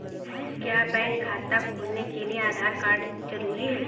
क्या बैंक खाता खोलने के लिए आधार कार्ड जरूरी है?